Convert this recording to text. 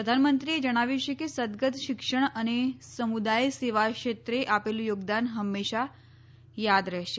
પ્રધાનમંત્રી એ જણાવ્યું છે કે સદગતે શિક્ષણ અને સમુદાય સેવા ક્ષેત્રે આપેલું યોગદાન હંમેશા યાદ રહેશે